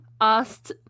asked